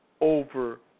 over